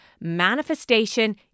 Manifestation